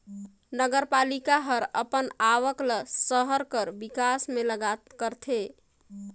नगरपालिका हर अपन आवक ल सहर कर बिकास में करथे